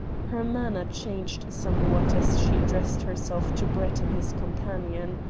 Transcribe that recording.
her manner changed somewhat as she addressed herself to brett and his companion.